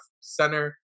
center